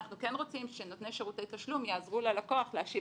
אנחנו כן רוצים שנותני שירותי תשלום יעזרו ללקוח להשיב